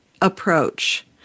approach